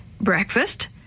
Breakfast